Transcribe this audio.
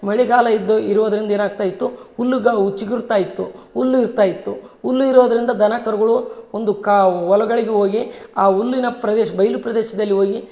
ಮಳೆಗಾಲ ಇದ್ದು ಇರೋದ್ರಿಂದ ಏನಾಗ್ತಾ ಇತ್ತು ಹುಲ್ಲುಗಾವ್ ಚಿಗರ್ತಾ ಇತ್ತು ಹುಲ್ಲು ಇರ್ತಾ ಇತ್ತು ಹುಲ್ಲು ಇರೋದರಿಂದ ದನ ಕರುಗಳು ಒಂದು ಕಾ ಹೊಲಗಳಿಗೆ ಹೋಗಿ ಆ ಹುಲ್ಲಿನ ಪ್ರದೇಶ ಬಯಲು ಪ್ರದೇಶದಲ್ಲಿ ಹೋಗಿ